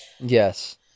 Yes